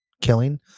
killing